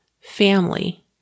family